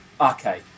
okay